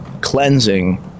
cleansing